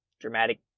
dramatic